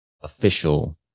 official